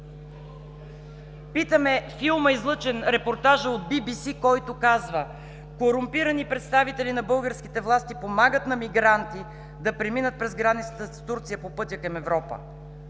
Питаме: репортажът, излъчен от ВВС, който казва: „Корумпирани представители на българските власти помагат на мигранти да преминат през границата с Турция по пътя към Европа.“